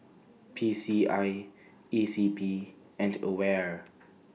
P C I E C P and AWARE